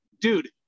dude